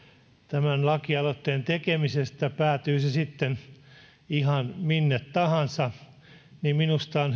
tämän lakialoitteen tekemisestä päätyi se sitten ihan minne tahansa niin minusta on